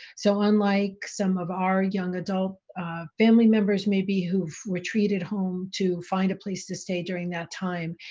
so unlike some of our young adult family members maybe who've retreated home to find a place to stay during that time,